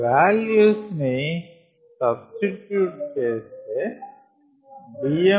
5 values ని substitute చేస్తే Dm0